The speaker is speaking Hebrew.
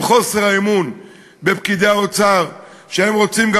עם חוסר האמון בפקידי האוצר שרוצים גם